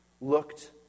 looked